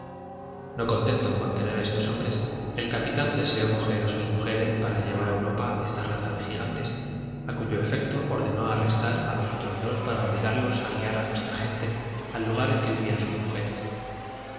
no contento con tener a estos hombres el capitán deseó coger a sus mujeres para llevar a europa esta raza de gigantes a cuyo efecto ordenó arrestar a los otros dos para obligarlos a guiar a nuestra gente al lugar en que vivían sus mujeres